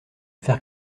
faire